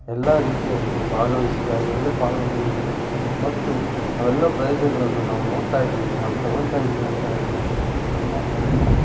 ಎಲ್ಲ ರೀತಿಯಾಗ್ಬೋದು ಭಾಗವಹ್ಸಿ ಅದರಲ್ಲೇ ಪಾಲ್ಗೊಂಡಿರುವುದು ಮತ್ತು ಅವೆಲ್ಲ ಪ್ರಯೋಜನಗಳನ್ನು ನಾವು ನೋಡ್ತಾ ಇದ್ದೀವಿ ನಾವು ತೊಗೊಳ್ತಾ ಇದ್ದೀವಿ ಅಂತ ಹೇಳಿದ್ರೆ ಅವೆಲ್ಲ ಪ್ರಯೋಜನಗಳು